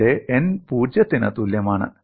ഇവിടെ n 0 ന് തുല്യമാണ്